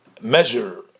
measure